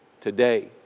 today